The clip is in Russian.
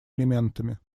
элементами